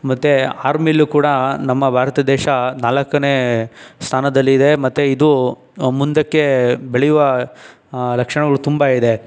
ಮತ್ತು ಆರ್ಮಿಲು ಕೂಡ ನಮ್ಮ ಭಾರತ ದೇಶ ನಾಲ್ಕನೇ ಸ್ಥಾನದಲ್ಲಿದೆ ಮತ್ತು ಇದು ಮುಂದಕ್ಕೆ ಬೆಳೆಯುವ ಲಕ್ಷಣಗಳು ತುಂಬ ಇದೆ